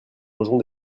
mangeons